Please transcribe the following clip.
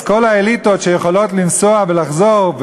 אז כל האליטות שיכולות לנסוע ולחזור,